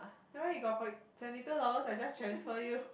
never mind you got forty seventy two dollars I just transfer you